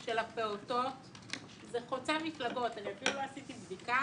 של הפעוטות זה חוצה מפלגות אני אפילו לא עשיתי בדיקה.